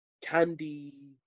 Candy